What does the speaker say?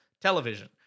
television